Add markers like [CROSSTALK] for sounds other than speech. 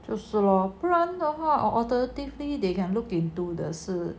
就是 loh 不然的话 or alternatively they can look into the [NOISE]